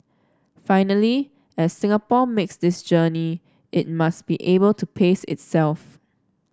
finally as Singapore makes this journey it must be able to pace itself